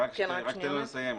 רגע, רק תן לו לסיים.